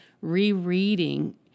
rereading